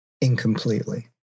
incompletely